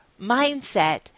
mindset